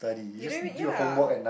you don't even ya